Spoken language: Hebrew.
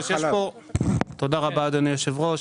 תודה רבה אדוני היושב-ראש.